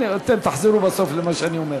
אתם תחזרו בסוף למה שאני אומר.